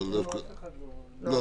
לא, אף אחד לא --- לא.